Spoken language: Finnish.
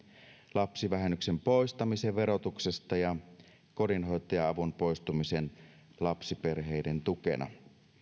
lapsivähennyksen poistamisen verotuksesta ja kodinhoitaja avun poistumisen lapsiperheiden tukena